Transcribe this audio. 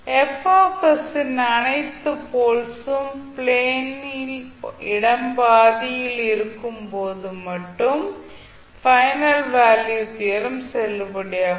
F இன் அனைத்து poles ம் s ப்ளேன் ன் இடது பாதியில் இருக்கும் போது மட்டுமே பைனல் வேல்யூ தியரம் செல்லுபடியாகும்